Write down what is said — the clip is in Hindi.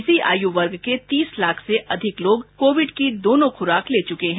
इसी आयु वर्ग के तीस लाख से अधिक लोग कोविड की दोनो खुराक ले चुके हैं